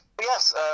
Yes